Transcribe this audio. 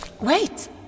Wait